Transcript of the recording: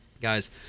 guys